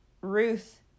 Ruth